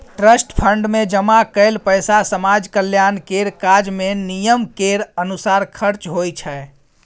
trust fund मे जमा कएल पैसा समाज कल्याण केर काज मे नियम केर अनुसार खर्च होइ छै